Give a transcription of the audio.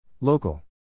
Local